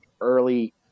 early